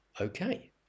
Okay